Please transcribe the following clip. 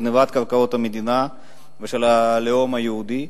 גנבת קרקעות המדינה והלאום היהודי,